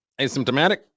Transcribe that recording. asymptomatic